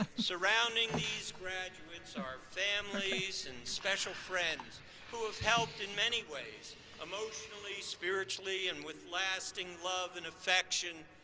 surrounding these graduates, are families and special friends who have helped in many ways emotionally, spiritually, and with lasting love and affection,